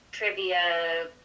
Trivia